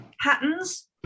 patterns